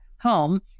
home